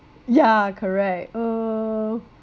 ya correct uh